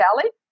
Valley